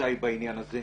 חששותיי בעניין הזה?